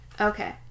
Okay